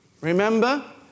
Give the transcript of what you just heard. Remember